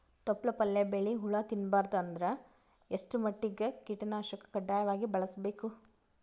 ತೊಪ್ಲ ಪಲ್ಯ ಬೆಳಿ ಹುಳ ತಿಂಬಾರದ ಅಂದ್ರ ಎಷ್ಟ ಮಟ್ಟಿಗ ಕೀಟನಾಶಕ ಕಡ್ಡಾಯವಾಗಿ ಬಳಸಬೇಕು?